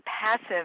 passive